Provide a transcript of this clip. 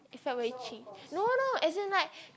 it felt very ching no no as in like